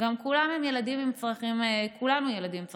כולנו ילדים עם צרכים מיוחדים.